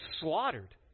slaughtered